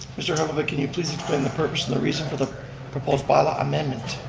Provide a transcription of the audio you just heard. mr. oliver can you please explain the purpose and the reason for the proposed bylaw amendment.